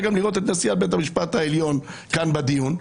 גם לראות את נשיאת בית המשפט העליון כאן בדיון,